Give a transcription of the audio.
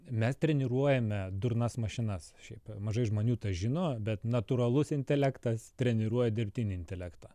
mes treniruojame durnas mašinas šiaip mažai žmonių tą žino bet natūralus intelektas treniruoja dirbtinį intelektą